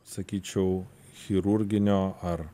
sakyčiau chirurginio ar